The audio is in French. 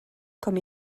comme